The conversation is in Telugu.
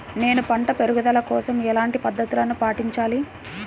నేను పంట పెరుగుదల కోసం ఎలాంటి పద్దతులను పాటించాలి?